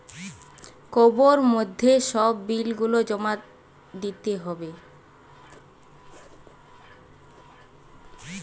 কোবের মধ্যে সব বিল গুলা দিতে হবে